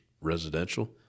residential